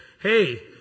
Hey